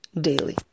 daily